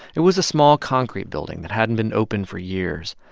it was a small concrete building that hadn't been opened for years,